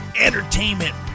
entertainment